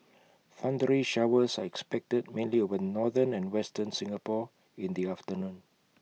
thundery showers are expected mainly over northern and western Singapore in the afternoon